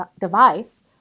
device